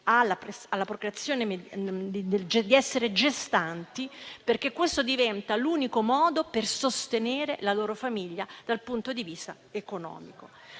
alla gestazione, perché questo diventa l'unico modo per sostenere la loro famiglia dal punto di vista economico.